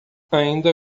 ainda